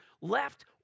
left